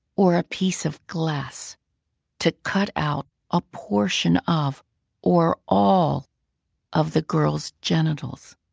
or a piece of glass to cut out a portion of or all of the girl's genitals.